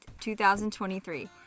2023